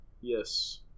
Yes